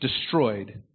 destroyed